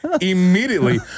immediately